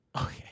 Okay